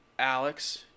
Alex